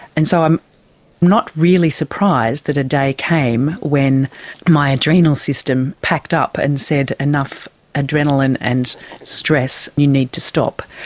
and so i'm not really surprised that a day came when my adrenal system packed up and said enough adrenaline and stress, you need to stop.